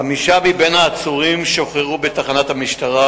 חמישה מבין העצורים שוחררו בתחנת המשטרה.